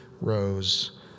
rose